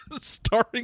starring